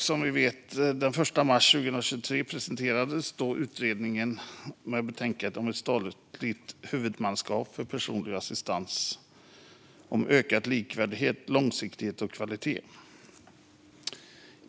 Som vi vet presenterades den 1 mars i år utredningsbetänkandet Ett statligt huvudmannaskap för personlig assistans - Ökad likvärdighet, långsiktighet och kvalitet .